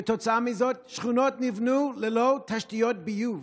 כתוצאה מזה שכונות נבנו ללא תשתיות ביוב.